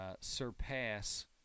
surpass